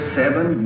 seven